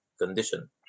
condition